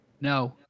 No